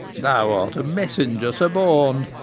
thou art a messenger suborned,